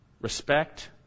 Respect